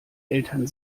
eltern